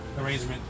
arrangement